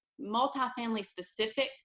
multifamily-specific